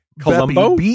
Colombo